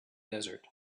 desert